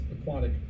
aquatic